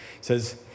says